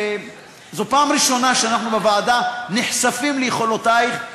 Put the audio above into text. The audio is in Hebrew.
זאת פעם ראשונה שאנחנו בוועדה נחשפים ליכולותייך,